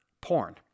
porn